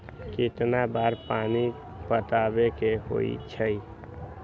कितना बार पानी पटावे के होई छाई?